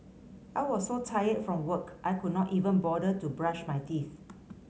I was so tired from work I could not even bother to brush my teeth